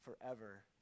forever